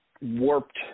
warped